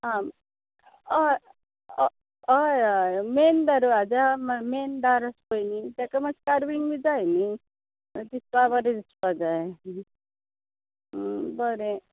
आं हय हय हय मेन दरवाजा म्हळ्या मेन दार आसा पळय न्ही ताका मात्शें कारवींग बी जाय न्ही दिसपा बरें दिसपा जाय बरें